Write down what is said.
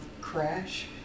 Crash